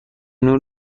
نور